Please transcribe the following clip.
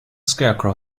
scarecrow